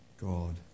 God